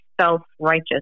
self-righteous